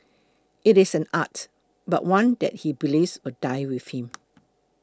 it is an art but one that he believes will die with him